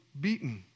beaten